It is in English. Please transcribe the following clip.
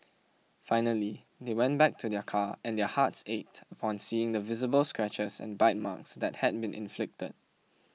finally they went back to their car and their hearts ached upon seeing the visible scratches and bite marks that had been inflicted